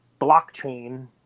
blockchain